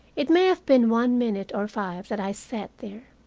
it may have been one minute or five that i sat there.